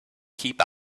keep